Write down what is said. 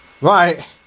Right